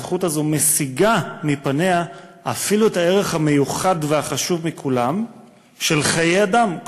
הזכות הזאת מסיגה מפניה אפילו את הערך המיוחד והחשוב מכולם של חיי אדם,